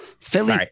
Philly